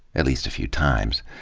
at least a few times.